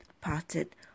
potted